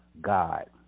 God